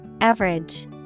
Average